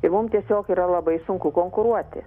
ir mum tiesiog yra labai sunku konkuruoti